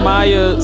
Maya